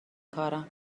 کارم